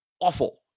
awful